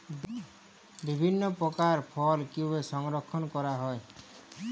বিভিন্ন প্রকার ফল কিভাবে সংরক্ষণ করা হয়?